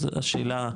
אז השאלה,